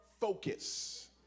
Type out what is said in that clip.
focus